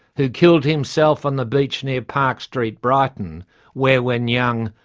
who killed himself on the beach near park street brighton where, when young,